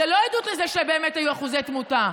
זה לא עדות לזה שבאמת אלה היו אחוזי תמותה,